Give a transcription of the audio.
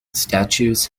statues